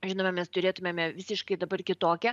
žinome mes turėtumėme visiškai dabar kitokią